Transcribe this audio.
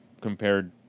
compared